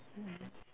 mm